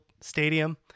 stadium